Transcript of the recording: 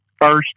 First